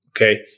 Okay